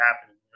happening